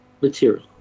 material